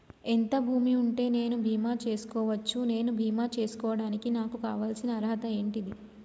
ఎంత భూమి ఉంటే నేను బీమా చేసుకోవచ్చు? నేను బీమా చేసుకోవడానికి నాకు కావాల్సిన అర్హత ఏంటిది?